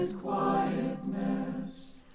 quietness